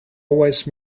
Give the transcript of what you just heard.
wise